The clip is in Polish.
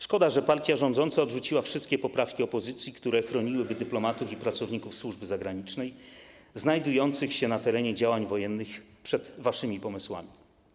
Szkoda, że partia rządząca odrzuciła wszystkie poprawki opozycji, które chroniłyby dyplomatów i pracowników służby zagranicznej znajdujących się na terenie działań wojennych przed waszymi pomysłami.